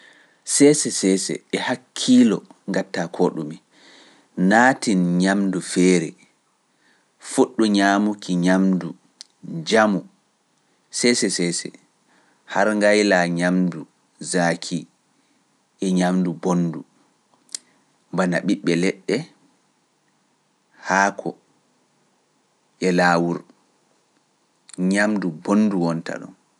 Seese seese e hakkiilo ngattaa koo ɗume naatin ñamndu feere, fuɗɗu ñaamuki ñamndu njamu, seese seese har ngayla ñamndu zaaki e ñamndu bonndu, bana ɓiɓɓe leɗɗe haako e laawol ñamndu bonndu wonta ɗum.